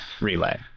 relay